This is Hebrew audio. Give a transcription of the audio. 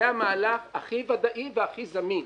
זה המהלך הכי ודאי והכי זמין.